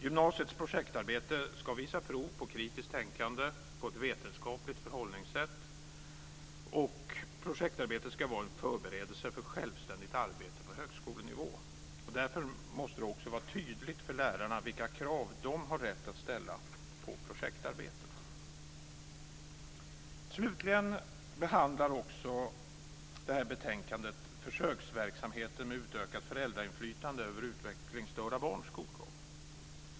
Gymnasiets projektarbete ska visa prov på kritiskt tänkande, på ett vetenskapligt förhållningssätt och vara en förberedelse för självständigt arbete på högskolenivå. Därför måste det också vara tydligt för lärarna vilka krav de har rätt att ställa på projektarbetet. Slutligen behandlar också det här betänkandet försöksverksamheten med utökat föräldrainflytande över utvecklingsstörda barns skolgång.